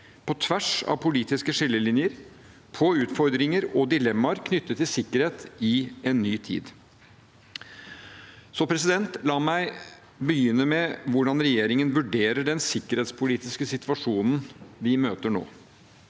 på tvers av politiske skillelinjer, finner svar som bærer, på utfordringer og dilemmaer knyttet til sikkerhet i en ny tid. La meg begynne med hvordan regjeringen vurderer den sikkerhetspolitiske situasjonen vi møter nå.